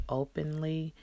openly